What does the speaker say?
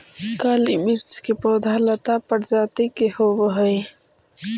काली मिर्च के पौधा लता प्रजाति के होवऽ हइ